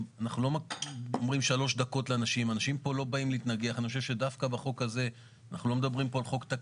אם אתה לוקח לי עכשיו רק את גובה